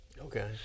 Okay